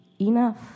enough